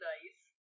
Nice